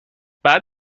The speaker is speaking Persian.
بعد